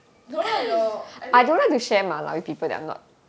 no lah your I think